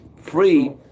free